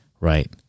Right